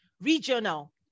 Regional